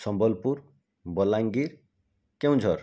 Sambalpur Balangir Keonjhar